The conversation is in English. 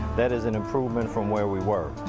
that is an improvement from where we were.